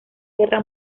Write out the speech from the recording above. guerra